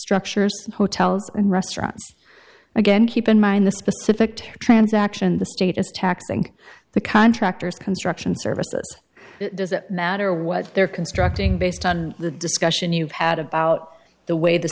structures hotels and restaurants again keep in mind the specific terror transaction the state is taxing the contractors construction services doesn't matter what they're constructing based on the discussion you've had about the way the